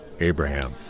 Abraham